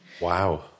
Wow